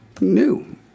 new